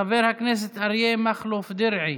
חבר הכנסת אריה מכלוף דרעי,